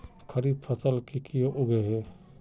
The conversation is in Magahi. खरीफ फसल की की उगैहे?